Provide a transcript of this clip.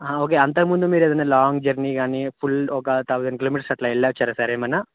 okay అంతకముందు మీరు ఏదైనా లాంగ్ జర్నీ కానీ ఫుల్ ఒక థౌజండ్ కిలోమీటర్స్ అలా వెళ్ళి వచ్చారా సార్ ఏమైన్నా